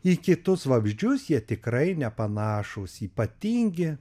į kitus vabzdžius jie tikrai nepanašūs ypatingi